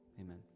Amen